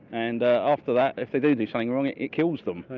and after that if they do do something wrong, it kills them.